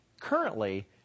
Currently